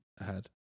ahead